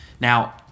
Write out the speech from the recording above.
Now